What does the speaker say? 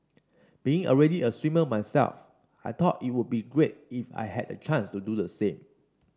being already a swimmer myself I thought it would be great if I had the chance to do the same